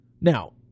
Now